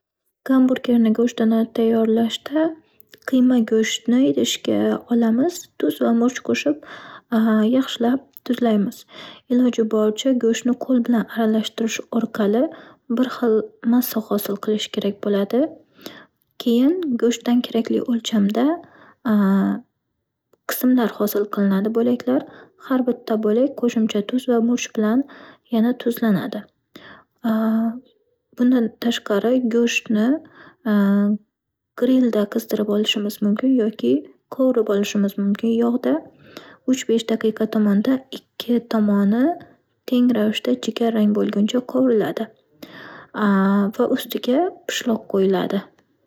Gamburgerni go'shtini tayyorlashda qiyma go'shtni idishga olamiz. Tuz va murch qo'shib, yaxshilab tuzlaymiz. Iloji boricha go'shtni qo'l bilan aralashtirish orqali bir xil massa hosil qilish kerak bo'ladi. Keyin go'shtdan o'lchamda qismlar hosil qilinadi bo'laklar. Har bitta bo'lak qo'shimcha tuz va murch bilan yana tuzlanadi. Bundan tashqari go'shtni grillda qizdirib olishimiz mumkin yoki quvurib olishimiz mumkin yog'da uch-besh daqiqa tovonda ikki tomoni teng ravishda jigarrang bo'lguncha qovuriladi va ustiga pishloq qo'yiladi.